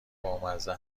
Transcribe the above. بامزه